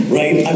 right